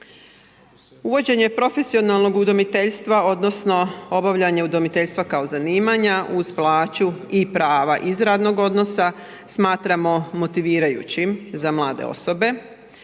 Uvođenje profesionalnog udomiteljstva odnosno obavljanje udomiteljstva kao zanimanja uz plaću i prava iz radnog odnosa smatramo motivirajućim za mlade osobe.